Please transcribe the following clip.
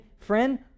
friend